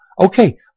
Okay